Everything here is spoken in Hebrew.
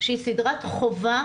שהיא סדרת חובה